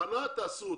את ההכנה, תעשו.